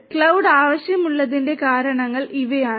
cloud ആവശ്യമുള്ളതിന്റെ കാരണങ്ങൾ ഇവയാണ്